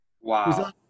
Wow